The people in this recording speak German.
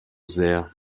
sehr